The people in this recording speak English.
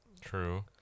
True